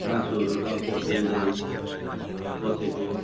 मासुहरू टक्कै पोल्दै बसेको